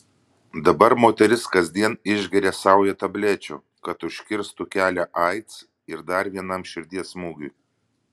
dabar moteris kasdien išgeria saują tablečių kad užkirstų kelią aids ir dar vienam širdies smūgiui